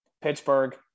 Pittsburgh